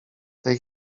tej